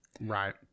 Right